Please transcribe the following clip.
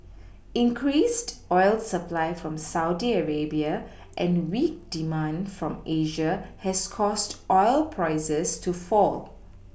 increased oil supply from Saudi Arabia and weak demand from Asia has caused oil prices to fall